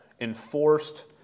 enforced